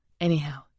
Anyhow